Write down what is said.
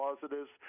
positives